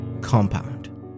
compound